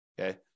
okay